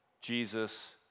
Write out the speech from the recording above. Jesus